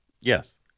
Yes